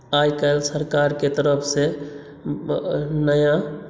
आइकाल्हि सरकारके तरफसँ नया